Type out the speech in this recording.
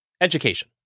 education